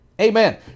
Amen